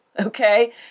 okay